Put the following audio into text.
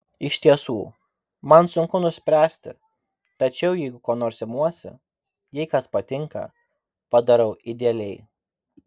iš tiesų man sunku nuspręsti tačiau jeigu ko nors imuosi jei kas patinka padarau idealiai